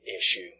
issue